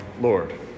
Lord